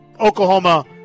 Oklahoma